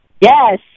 yes